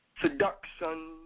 Seduction